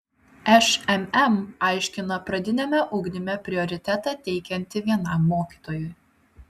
šmm aiškina pradiniame ugdyme prioritetą teikianti vienam mokytojui